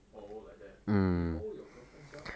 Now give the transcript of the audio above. orh like that eh how old your girlfriend sia